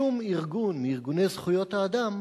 שום ארגון מארגוני זכויות האדם